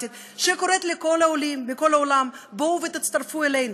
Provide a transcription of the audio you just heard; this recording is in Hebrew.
אין להם מלחמה אתנו על שטחים,